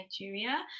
Nigeria